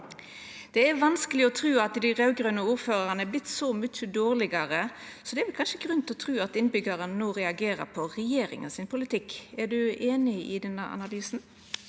Det er vanskeleg å tru at dei raud-grøne ordførarane har vorte så mykje dårlegare, så det er kanskje grunn til å tru at innbyggjarane no reagerer på regjeringa sin politikk. Er du einig i denne analysen?